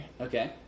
Okay